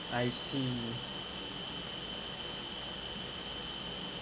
I see